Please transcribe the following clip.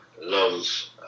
love